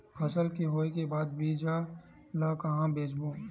फसल के होय के बाद बीज ला कहां बेचबो?